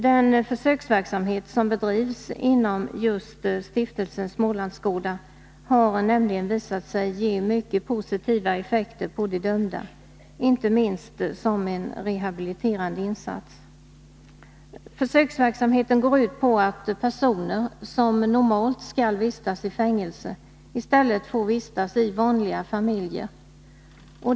Den försöksverksamhet som bedrivs inom just Stiftelsen Smålandsgårdar har nämligen visat sig ge mycket positiva effekter för de dömda, inte minst som en rehabiliterande insats. Försöksverksamheten går ut på att personer, som normalt skall vistas i fängelse, i stället får vistas i vanliga familjer.